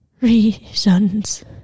reasons